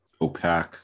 opaque